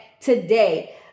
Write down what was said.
today